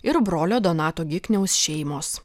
ir brolio donato gikniaus šeimos